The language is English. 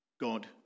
God